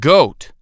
Goat